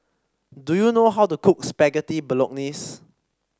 do you know how to cook Spaghetti Bolognese